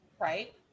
Right